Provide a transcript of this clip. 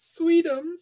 sweetums